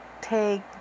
take